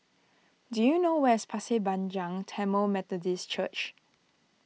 do you know where's Pasir Panjang Tamil Methodist Church